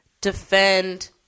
defend